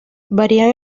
varían